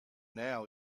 now